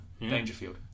Dangerfield